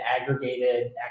aggregated